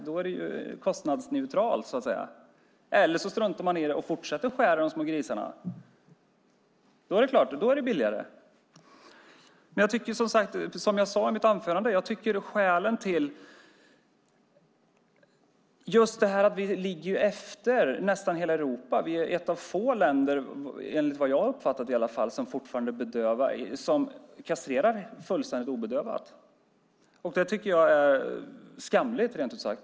Då är det kostnadsneutralt, så att säga. Struntar man i detta och fortsätter att skära i de små grisarna är det klart att det är billigare. Vi ligger efter nästan hela Europa. Vi är ett av få länder, som jag har uppfattat det i alla fall, som fortfarande kastrerar fullständigt obedövat. Det tycker jag är skamligt, rent ut sagt.